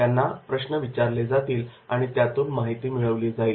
त्यांना प्रश्न विचारले जातील आणि त्यातून माहिती मिळवली जाईल